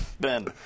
Ben